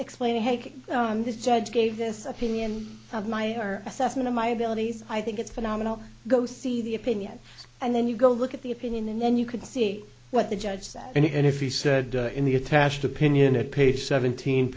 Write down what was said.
explaining hake this judge gave this opinion of my our assessment of my abilities i think it's phenomenal go see the opinion and then you go look at the opinion and then you could see what the judge said and if he said in the attached opinion at page seventeen